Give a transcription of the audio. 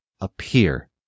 appear